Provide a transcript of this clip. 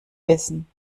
wissen